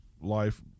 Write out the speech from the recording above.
life